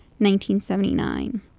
1979